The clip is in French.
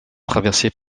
traversée